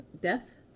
Death